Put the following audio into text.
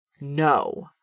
No